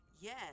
Yes